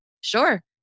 Sure